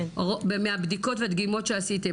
מהבדיקות והדגימות שעשיתם,